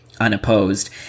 unopposed